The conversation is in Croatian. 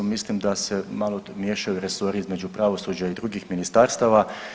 Mislim da se malo miješaju resori između pravosuđa i drugih ministarstava.